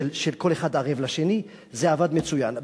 שכל אחד ערב לשני, זה עבד מצוין.